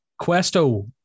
Questo